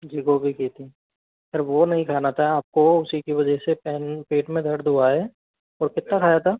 जी गोभी की थी सर वो नहीं खाना था आपको उसी की वजह से पैन पेट में दर्द हुआ है और कितना खाया था